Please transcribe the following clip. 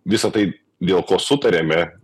visa tai dėl ko sutariame